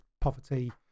poverty